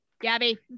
Gabby